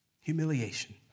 Humiliation